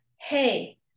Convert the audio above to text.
hey